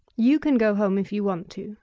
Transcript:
you can go home if you want to.